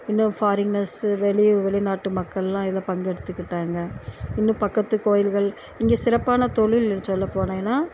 இன்னும் ஃபாரினர்ஸு வெளி வெளிநாட்டு மக்கள்லாம் இதில் பங்கெடுத்துக்கிட்டாங்க இன்னும் பக்கத்து கோவில்கள் இங்கே சிறப்பான தொழில்ன்னு சொல்லபோனேனால்